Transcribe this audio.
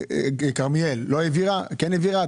כרמיאל, לא העבירה, כן העבירה?